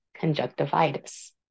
conjunctivitis